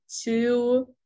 two